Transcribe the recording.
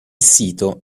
sito